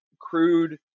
crude